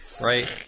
right